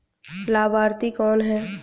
लाभार्थी कौन है?